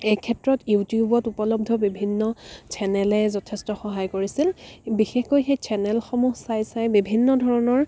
এই ক্ষেত্ৰত ইউটিউবত উপলব্ধ বিভিন্ন চেনেলে যথেষ্ট সহায় কৰিছিল বিশেষকৈ সেই চেনেলসমূহ চাই চাই বিভিন্ন ধৰণৰ